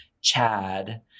Chad